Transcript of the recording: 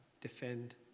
defend